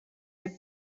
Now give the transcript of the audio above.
good